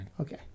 Okay